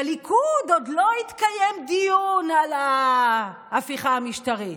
בליכוד עוד לא התקיים דיון על ההפיכה המשטרית.